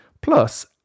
plus